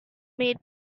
made